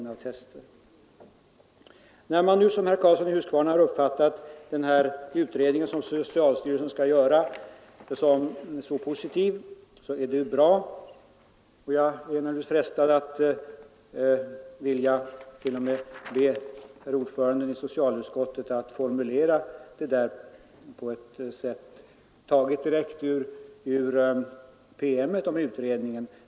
När man nu som herr Karlsson i Huskvarna har uppfattat den utredning som socialstyrelsen skall göra positivt så är det bra. Jag är naturligtvis frestad att be ordföranden i socialutskottet att formulera detta med ord tagna ur promemorian om utredningen.